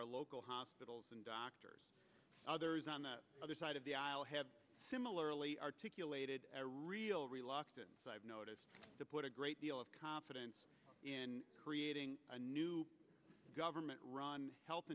our local hospitals and doctors others on the other side of the aisle have similarly articulated a real reluctance i've noticed to put a great deal of confidence in creating a new government run health